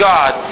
God